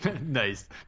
Nice